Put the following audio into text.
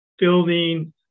Building